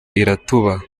iratuba